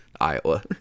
Iowa